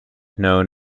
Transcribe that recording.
known